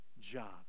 job